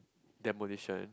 demolition